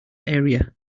area